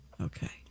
Okay